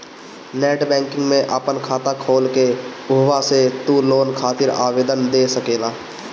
net banking में आपन खाता खोल के उहवा से तू लोन खातिर आवेदन दे सकेला